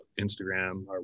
Instagram